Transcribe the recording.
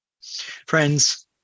Friends